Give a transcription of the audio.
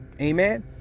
Amen